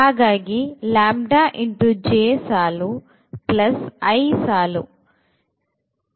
ಹಾಗಾಗಿ lambda x jನೇ ಸಾಲು iನೇ ಸಾಲು